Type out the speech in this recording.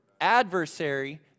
adversary